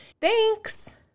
Thanks